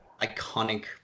iconic